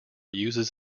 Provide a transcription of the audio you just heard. uses